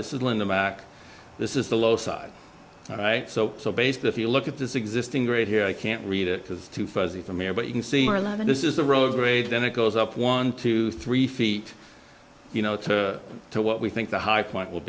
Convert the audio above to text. this is linda back this is the low side so so basically if you look at this existing grade here i can't read it because too fuzzy from here but you can see this is the road grade then it goes up one to three feet you know to what we think the high point will